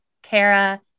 Kara